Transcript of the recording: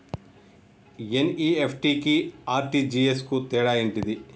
NEFT కి RTGS కు తేడా ఏంటిది?